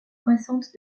croissante